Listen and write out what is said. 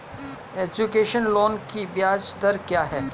Education loan की ब्याज दर क्या है?